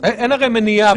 אין מניעה.